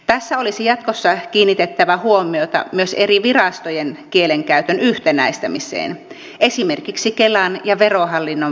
tässä olisi jatkossa kiinnitettävä huomiota myös eri virastojen kielenkäytön yhtenäistämiseen esimerkiksi kelan ja verohallinnon välillä